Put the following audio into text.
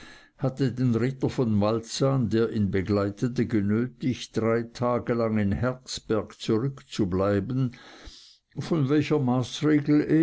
hatte den ritter von malzahn der ihn begleitete genötigt drei tage lang in herzberg zurückzubleiben von welcher maßregel